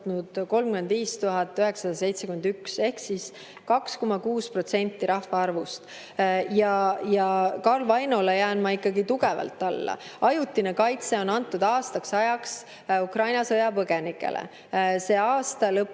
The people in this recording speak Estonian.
35 971 ehk 2,6% rahvaarvust. Karl Vainole jään ma ikkagi tugevalt alla. Ajutine kaitse on antud aastaks ajaks Ukraina sõjapõgenikele, see aasta lõpeb